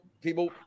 people